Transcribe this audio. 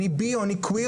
אני בי או אני קוויר,